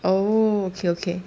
oh okay okay